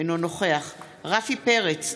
אינו נוכח רפי פרץ,